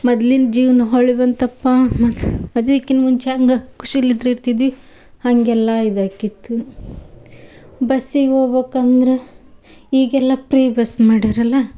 ಮದ್ಲಿನ ಜೀವನ ಹೊರ್ಳಿ ಬಂತಪ್ಪ ಮದ್ ಮದ್ವಿಕಿನ್ನ ಮುಂಚೆ ಹೆಂಗೆ ಖುಷಿಲಿದ್ರು ಇರ್ತಿದ್ವಿ ಹಾಗೆಲ್ಲ ಇದಾಕಿತ್ತು ಬಸ್ಸಿಗೆ ಹೋಗ್ಬಕಂದ್ರ ಈಗೆಲ್ಲ ಪ್ರೀ ಬಸ್ ಮಾಡ್ಯಾರಲ್ಲ